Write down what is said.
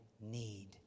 need